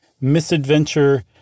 misadventure